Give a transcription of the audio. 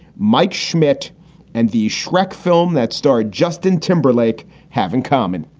mike schmidt and the shrek film that starred justin timberlake have in common.